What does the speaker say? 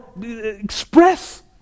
express